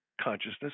consciousness